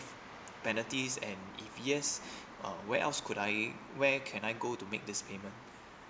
penalties and if yes uh where else could I where can I go to make this payment